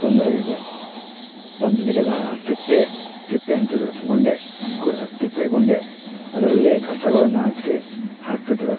ತೊಂದರೆಯಿದೆ ತೊಂದ್ಲಿಗೆಲ್ಲ ತಿಪ್ಪೆ ತಿಪ್ಪೆ ಅಂತಿದ್ರು ಗುಂಡಿ ಗು ತಿಪ್ಪೆಗುಂಡಿ ಅದರಲ್ಲಿ ಕಸಗಳನ್ನ ಹಾಕಿ ಹಾಕ್ತಿದ್ರು